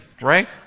right